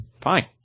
fine